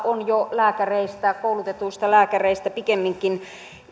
on jo lääkäreistä koulutetuista lääkäreistä pikemminkin